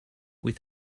with